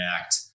Act